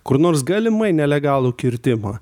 kur nors galimai nelegalų kirtimą